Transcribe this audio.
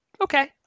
Okay